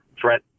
threat